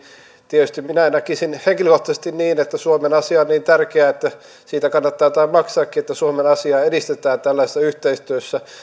tietysti minä näkisin henkilökohtaisesti niin että että suomen asia on niin tärkeä että siitä kannattaa jotain maksaakin että suomen asiaa edistetään tällaisessa yhteistyössä